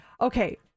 okay